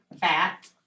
fat